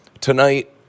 tonight